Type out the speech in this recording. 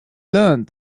learned